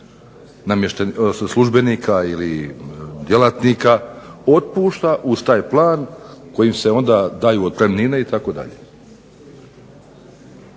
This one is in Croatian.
službenika ili djelatnika otpušta uz taj plan kojima se onda daju otpremnine itd.